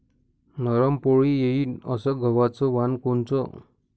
नरम पोळी येईन अस गवाचं वान कोनचं?